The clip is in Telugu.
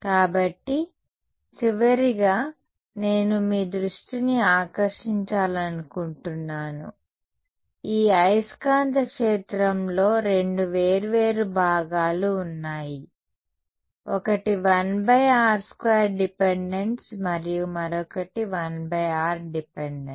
కాబట్టి చివరిగా నేను మీ దృష్టిని ఆకర్షించాలనుకుంటున్నాను ఈ అయస్కాంత క్షేత్రంలో రెండు వేర్వేరు భాగాలు ఉన్నాయి ఒకటి 1r2 డిపెండెన్స్ మరియు మరొకటి 1r డిపెండెన్స్